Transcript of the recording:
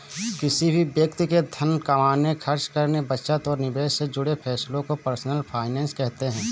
किसी भी व्यक्ति के धन कमाने, खर्च करने, बचत और निवेश से जुड़े फैसलों को पर्सनल फाइनैन्स कहते हैं